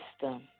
system